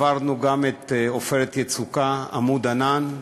עברנו גם את "עופרת יצוקה", "עמוד ענן"